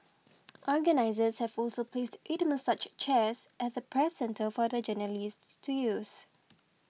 organisers have also placed eight massage chairs at the Press Centre for the journalists to use